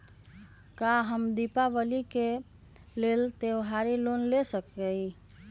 का हम दीपावली के लेल त्योहारी लोन ले सकई?